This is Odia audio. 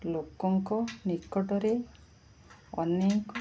ଲୋକଙ୍କ ନିକଟରେ ଅନେକ